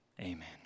Amen